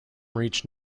reached